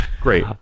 great